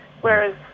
whereas